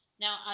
Now